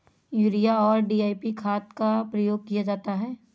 urea और DAP खाद का प्रयोग किया जाता है